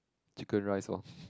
chicken rice orh